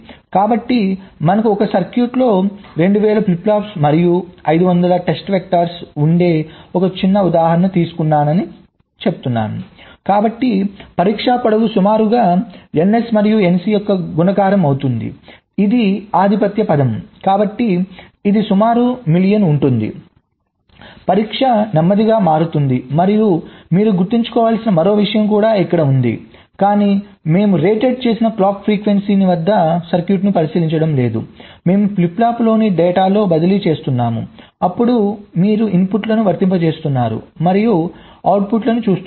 కాబట్టి మనకు ఒక సర్క్యూట్ 2000 ఫ్లిప్ ఫ్లాప్స్ మరియు 500 టెస్ట్ వెక్టర్స్ ఉండే ఒక చిన్న ఉదాహరణ తీసుకున్నాను తీసుకుందాము కాబట్టి పరీక్ష పొడవు సుమారుగా ns మరియు nc యొక్క గుణకారం అవుతుంది ఇది ఆధిపత్య పదం కాబట్టి ఇది సుమారు మిలియన్ ఉంటుంది పరీక్ష నెమ్మదిగా మారుతుంది మరియు మీరు గుర్తుంచుకోవలసిన మరో విషయం కూడా ఇక్కడ ఉంది కానీ మేము రేటెడ్ చేసిన క్లాక్ ఫ్రీక్వెన్సీ వద్ద సర్క్యూట్ను పరీక్షించడం లేదు మేము ఫ్లిప్ ఫ్లాప్లోని డేటాలో బదిలీ చేస్తున్నాము అప్పుడు మీరు ఇన్పుట్ను వర్తింపజేస్తున్నారు మరియు అవుట్పుట్ను చూస్తున్నారు